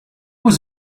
was